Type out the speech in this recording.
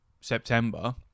September